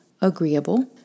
agreeable